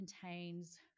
contains